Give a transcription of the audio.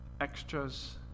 extras